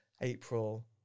April